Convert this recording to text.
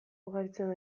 ugaritzen